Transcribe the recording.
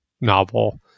novel